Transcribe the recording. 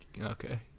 Okay